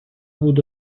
بود